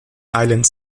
island